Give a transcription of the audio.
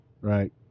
right